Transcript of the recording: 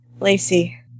Lacey